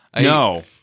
no